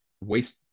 waste